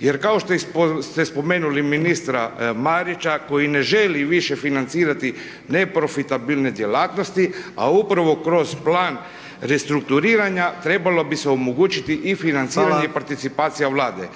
jer kao što ste spomenuli ministra Marića koji ne želi više financirati neprofitabilne djelatnosti a upravo kroz plan restrukturiranja trebali bi se omogućiti i financiranje i participacija Vlade.